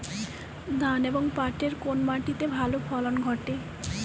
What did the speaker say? ধান এবং পাটের কোন মাটি তে ভালো ফলন ঘটে?